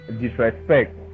disrespect